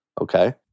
Okay